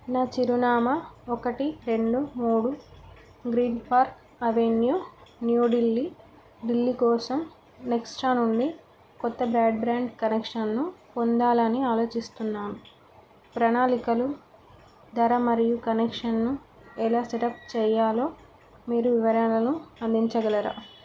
నా చిరునామా ఒకటి రెండు మూడు green park avenue New Delhi Delhi కోసం నెక్సట్రా నుండి కొత్త బ్రాడ్ బ్రాండ్ కనెక్షన్ను పొందాలని ఆలోచిస్తున్నాను ప్రణాళికలు ధర మరియు కనెక్షన్ను ఎలా సెటప్ చెయ్యాలో మీరు వివరాలను అందించగలరా